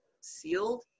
sealed